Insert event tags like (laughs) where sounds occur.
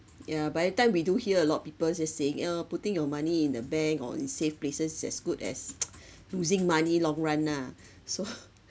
yeah but every time we do hear a lot of people just saying uh putting your money in the bank or in safe places is as good as (noise) losing money long run ah so (laughs)